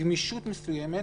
גמישות מסוימת